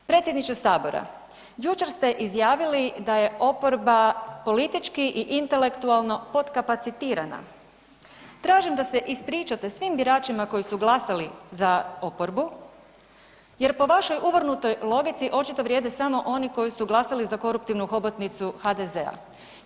Predsjedniče Sabora, jučer ste izjavili da je oporba politički i intelektualno podkapacitirana, tražim da se ispričate svim biračima koji su glasali za oporbu jer po vašoj uvrnutoj logici, očito vrijede samo oni koji su glasali za koruptivnu hobotnicu HDZ-a.